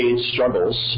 struggles